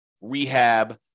rehab